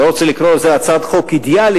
אני לא רוצה לקרוא לזה הצעת חוק אידיאלית,